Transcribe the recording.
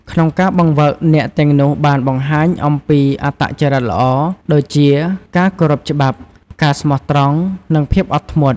ក្នុងការបង្វឹក អ្នកទាំងនោះបានបង្ហាញអំពីអត្តចរិតល្អ ដូចជា ការគោរពច្បាប់ ការស្មោះត្រង់ និងភាពអត់ធ្មត់។